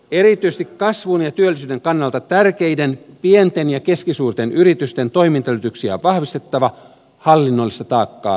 erityisesti kasvun ja työllisyyden kannalta tärkeiden pienten ja keskisuurten yritysten toimintaedellytyksiä on vahvistettava hallinnollista taakkaa purkamalla